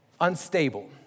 unstable